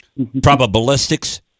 probabilistics